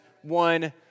one